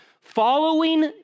Following